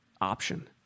option